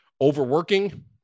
overworking